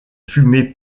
fumé